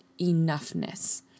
enoughness